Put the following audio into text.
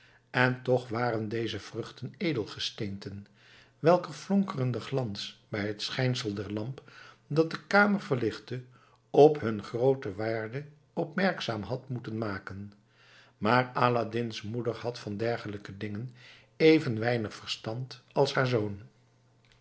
en toch waren deze vruchten edelgesteenten welker flonkerende glans bij het schijnsel der lamp dat de kamer verlichtte op hun groote waarde opmerkzaam had moeten maken maar aladdin's moeder had van dergelijke dingen even weinig verstand als haar zoon